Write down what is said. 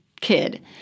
kid